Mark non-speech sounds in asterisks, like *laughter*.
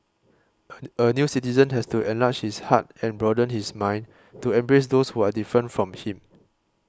*noise* a new citizen has to enlarge his heart and broaden his mind to embrace those who are different from him